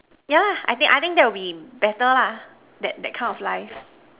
yeah I think I think that would be better lah that that kind of life